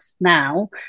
now